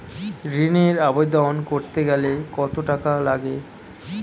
ঋণের আবেদন করতে গেলে কত টাকা লাগে?